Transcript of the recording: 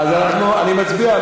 אני מצביע.